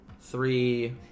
three